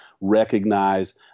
recognize